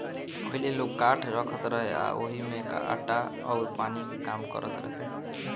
पहिले लोग काठ रखत रहे आ ओही में आटा अउर पानी के काम करत रहे